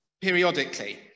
periodically